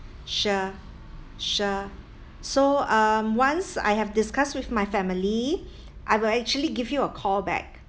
sure sure so um once I have discuss with my family I will actually give you a call back